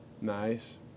nice